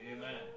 Amen